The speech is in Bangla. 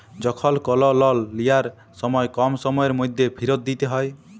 যখল কল লল লিয়ার সময় কম সময়ের ম্যধে ফিরত দিইতে হ্যয়